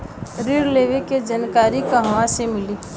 ऋण लेवे के जानकारी कहवा से मिली?